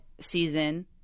season